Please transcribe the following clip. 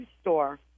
store